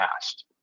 past